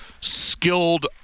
skilled